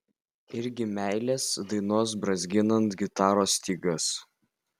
irgi meilės dainos brązginant gitaros stygas